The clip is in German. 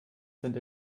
sind